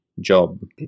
job